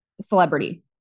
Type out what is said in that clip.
celebrity